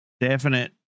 definite